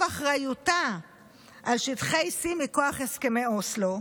אחריותה על שטחי C מכוח הסכמי אוסלו.